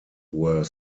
were